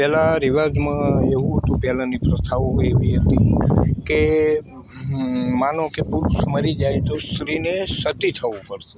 પહેલા રિવાજમાં એવું હતું પહેલાની પ્રથાઓ એવી હતી કે માનો કે પુરુષ મરી જાય તો સ્ત્રીને સતી થવું પડતું